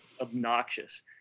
Obnoxious